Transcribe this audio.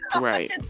Right